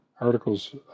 articles